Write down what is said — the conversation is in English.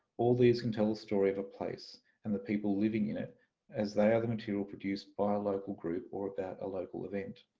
all these can tell a story of a place and the people living in it as they are the material produced by a local group or about a local event.